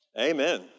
Amen